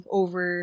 over